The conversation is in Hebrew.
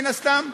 מן הסתם,